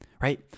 right